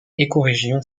écorégion